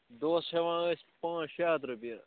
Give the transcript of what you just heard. دۄہس چھِ ہیوان أسۍ پانژھ شےٚ ہتھ رۄپیہِ